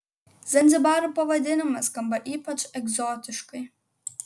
zanzibaro pavadinimas skamba ypač egzotiškai